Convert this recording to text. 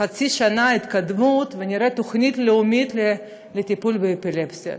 חצי שנה התקדמות ונראה תוכנית לאומית לטיפול באפילפסיה.